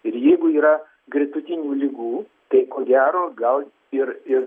ir jeigu yra gretutinių ligų tai ko gero gal ir ir